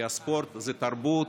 כי ספורט זה תרבות,